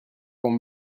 con